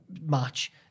match